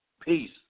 Peace